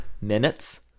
minutes